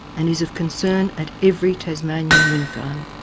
and is of concern at every tasmanian wind farm.